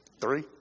Three